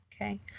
Okay